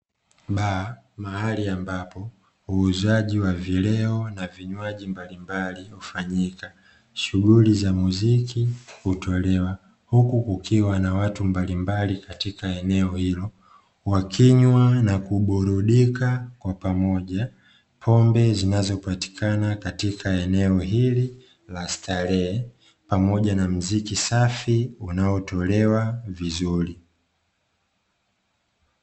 Baa mahali ambapo uuzaji wa vileo na vinywaji mbalimbali hufanyika, shughuli za muziki hutolewa huku kukiwa na watu mbalimbali katika eneo hilo wakinywa na kuburudika kwa pamoja, pombe zinazopatikana katika eneo hili la starehe pamoja na muziki safi unaotolewa vizuri.